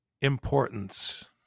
importance